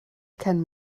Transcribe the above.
kein